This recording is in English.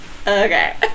Okay